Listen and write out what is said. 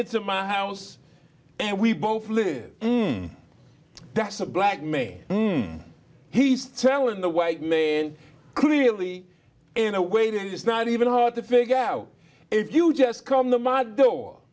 in my house and we both live that's a blackmail whom he's telling the way i mean clearly in a way that it's not even hard to figure out if you just come to my door